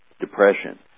depression